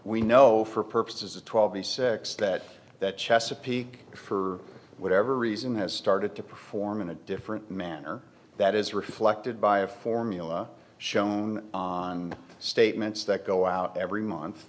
we know for purposes of twelve the six that that chesapeake for whatever reason has started to perform in a different manner that is reflected by a formula shown on statements that go out every month